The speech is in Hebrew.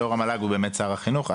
יושב-ראש המל"ג הוא שר החינוך.